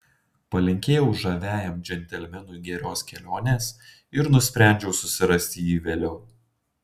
palinkėjau žaviajam džentelmenui geros kelionės ir nusprendžiau susirasti jį vėliau